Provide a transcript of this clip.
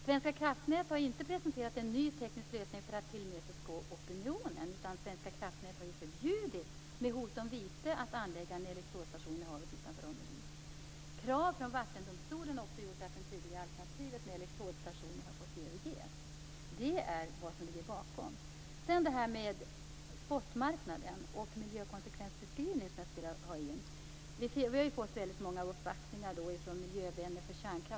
Svenska kraftnät har inte presenterat en ny teknisk lösning för att tillmötesgå opinionen. Svenska kraftnät har ju förbjudits, med hot om vite, att anlägga en elektrodstation i havet utanför Ronneby. Krav från Vattendomstolen har också gjort att det tidigare alternativet med elektrodstationer har fått överges. Detta är vad som ligger bakom. När det gäller spotmarknaden och detta med miljökonsekvensbeskrivningar har vi fått många uppvaktningar från miljövänner.